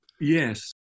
Yes